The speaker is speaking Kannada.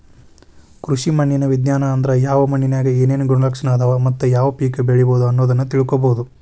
ಕೃಷಿ ಮಣ್ಣಿನ ವಿಜ್ಞಾನ ಅಂದ್ರ ಯಾವ ಮಣ್ಣಿನ್ಯಾಗ ಏನೇನು ಗುಣಲಕ್ಷಣ ಅದಾವ ಮತ್ತ ಯಾವ ಪೇಕ ಬೆಳಿಬೊದು ಅನ್ನೋದನ್ನ ತಿಳ್ಕೋಬೋದು